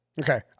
Okay